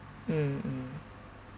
mm